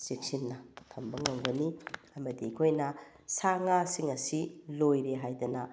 ꯆꯦꯛꯁꯤꯟꯅ ꯊꯝꯕ ꯉꯝꯒꯅꯤ ꯑꯃꯗꯤ ꯑꯩꯈꯣꯏꯅ ꯁꯥ ꯉꯥꯁꯤꯡ ꯑꯁꯤ ꯂꯣꯏꯔꯦ ꯍꯥꯏꯗꯅ